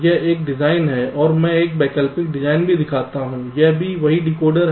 यह एक डिजाइन है और मैं एक वैकल्पिक डिजाइन भी दिखाता हूं यह भी वही डिकोडर है